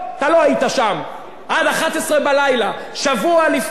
שבוע לפני שערוץ-10 בסיבוב הקודם עמד להיסגר,